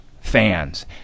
fans